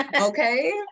okay